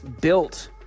built